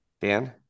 dan